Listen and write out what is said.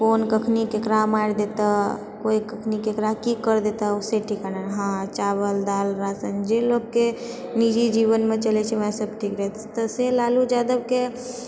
कोन कखनि केकरा मारि देतय कोइ कखनि केकरा की करि देतय से ठिकाना नहि हँ चावल दाल राशन जे लोकके निजी जीवनमे चलैछै तऽ ओएह सब ठीक रहै तऽ से लालू यादवके